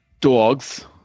Dogs